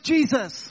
Jesus